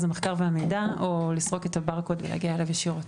המחקר והמידע או לסרוק את הברקוד ולהגיע אליו ישירות.